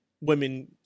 women